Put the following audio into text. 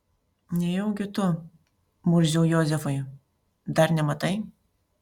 nejaugi tu murziau jozefai dar nematai